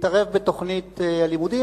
להתערב בתוכנית הלימודים,